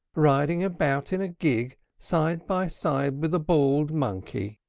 riding about in a gig side by side with a bald monkey.